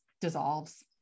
dissolves